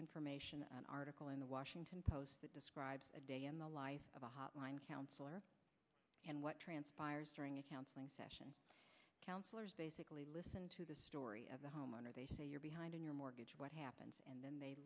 information an article in the washington post that describes a day in the life of a hotline counselor and what transpires during a counseling session counselors basically listen to the story of the homeowner they say you're behind in your mortgage what happens and then they